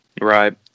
Right